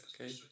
Okay